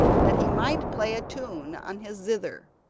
that he might play a tune on his zither.